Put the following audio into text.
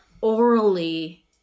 orally